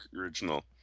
original